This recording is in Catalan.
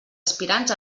aspirants